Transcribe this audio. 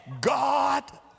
God